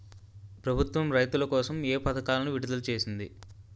ప్రభుత్వం రైతుల కోసం ఏ పథకాలను విడుదల చేసింది?